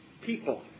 people